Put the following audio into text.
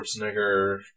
Schwarzenegger